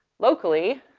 locally